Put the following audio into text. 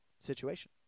situation